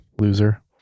loser